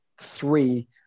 three